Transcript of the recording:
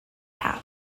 had